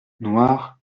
noir